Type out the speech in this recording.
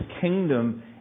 kingdom